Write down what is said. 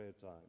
time